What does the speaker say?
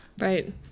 Right